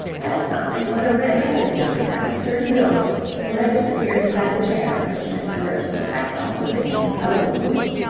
that something was a red-headed young man of sturdy build who had just appeared beside the chair in which mr. reginald cracknell was sitting in huddled gloom.